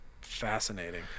fascinating